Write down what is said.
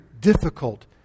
difficult